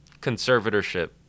Conservatorship